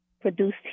produced